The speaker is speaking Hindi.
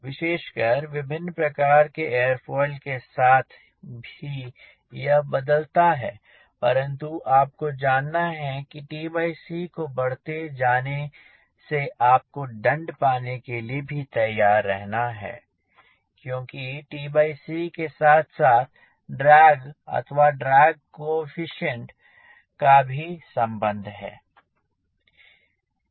विशेषकर विभिन्न प्रकार के एरोफॉइल के साथ भी यह बदलता है परंतु आपको जानना है कि tc के बढ़ते जाने से आपको दंड पाने के लिए भी तैयार रहना है क्योंकि tc के साथ साथ ड्रैग अथवा ड्रैग को एफिसिएंट का भी संबंध है